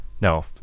No